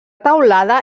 teulada